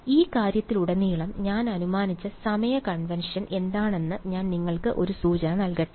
അതിനാൽ ഈ കാര്യത്തിലുടനീളം ഞാൻ അനുമാനിച്ച സമയ കൺവെൻഷൻ എന്താണെന്ന് ഞാൻ നിങ്ങൾക്ക് ഒരു സൂചന നൽകട്ടെ